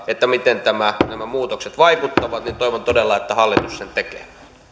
miten nämä muutokset vaikuttavat toivon todella että hallitus sen tekee